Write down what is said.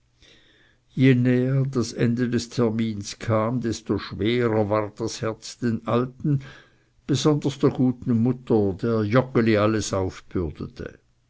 das ende des termins kam desto schwerer ward das herz den alten besonders der guten mutter der joggeli alles aufbürdete